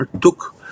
took